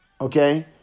Okay